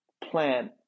plant